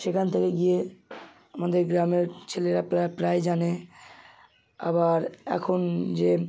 সেখান থেকে গিয়ে আমাদের গ্রামের ছেলেরা প্রাইজ আনে আবার এখন যে